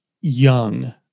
young